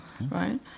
right